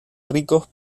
ricos